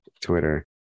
Twitter